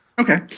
Okay